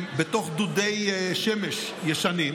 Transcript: בתוך דודי שמש ישנים,